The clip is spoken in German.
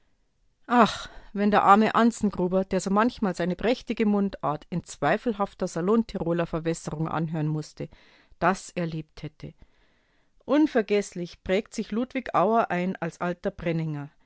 ach wenn der arme anzengruber der so manchmal seine prächtige mundart in zweifelhafter salontirolerverwässerung anhören mußte das erlebt hätte unvergeßlich prägt sich ludwig auer ein als alter